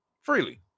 freely